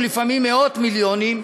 ולפעמים מאות מיליונים,